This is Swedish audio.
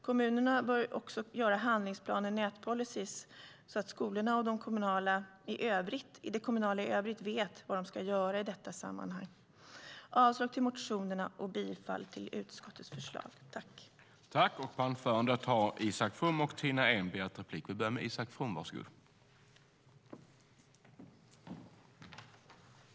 Kommunerna bör också göra handlingsplaner eller nätpolicyer så att skolorna och det kommunala i övrigt vet vad de ska göra i detta sammanhang. Jag yrkar avslag på motionerna och bifall till utskottets förslag. I detta anförande instämde Ulf Nilsson , Per Lodenius och Lars-Axel Nordell .